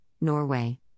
Norway